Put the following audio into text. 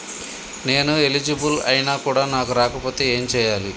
నేను ఎలిజిబుల్ ఐనా కూడా నాకు రాకపోతే ఏం చేయాలి?